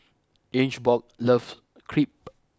Ingeborg loves Crepe